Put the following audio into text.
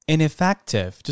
Ineffective